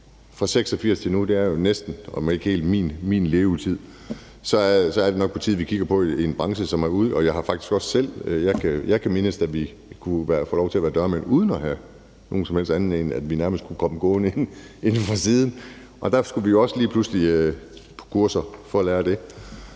fra 1986 og til nu, omfatter om ikke helt, så dog næsten min levetid, og så er det nok på tide, at vi kigger på en branche, som er derude. Jeg kan faktisk også selv mindes, da vi kunne få lov til at være dørmænd uden at have noget som helst andet, og hvor vi nærmest kunne komme gående inde fra siden, og hvorefter vi også lige pludselig skulle på kurser for at lære det.